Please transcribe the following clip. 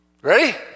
Ready